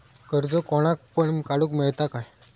कर्ज कोणाक पण काडूक मेलता काय?